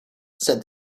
said